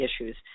issues